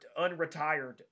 unretired